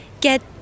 get